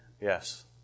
yes